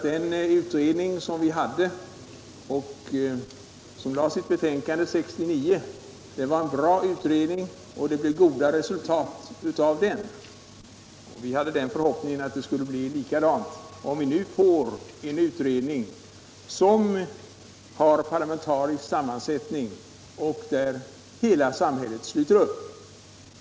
Den utredning som lade fram sitt betänkande 1969 var en bra utredning, och det blev goda resultat av den. Vi har den förhoppningen att det skall bli likadant, om vi nu får en utredning som har parlamentarisk sammansättning och där hela samhället är representerat.